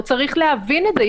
הוא צריך להבין את זה.